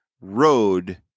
road